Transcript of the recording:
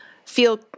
Feel